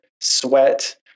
sweat